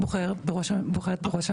בוחרת בראש הממשלה.